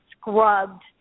scrubbed